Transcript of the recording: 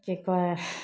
कि कहै हइ